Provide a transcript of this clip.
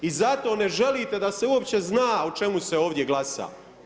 I zato ne želite da se uopće zna o čemu se ovdje glasa.